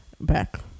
back